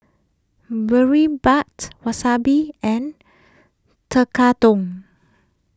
Boribap Wasabi and Tekkadon